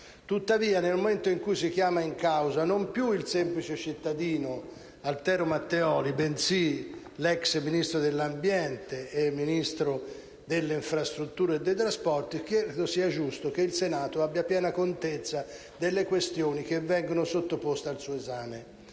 Tuttavia, nel momento in cui si chiama in causa non più il semplice cittadino Altero Matteoli, bensì l'*ex* Ministro dell'ambiente e il Ministro delle infrastrutture e dei trasporti, credo sia giusto che il Senato abbia piena contezza delle questioni che vengono sottoposte al suo esame,